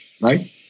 right